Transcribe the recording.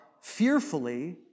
fearfully